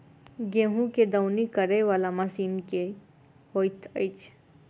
गेंहूँ केँ दौनी करै वला मशीन केँ होइत अछि?